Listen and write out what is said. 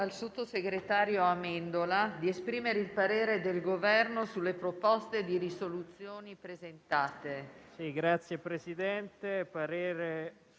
sottosegretario Amendola di esprimere il parere del Governo sulle proposte di risoluzione presentate.